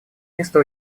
место